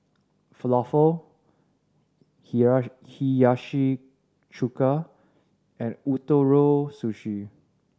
Falafel Hiyashi Chuka and Ootoro Sushi